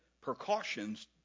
precautions